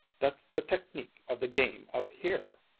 that's the technique of the game up here.